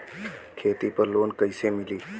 खेती पर लोन कईसे मिली?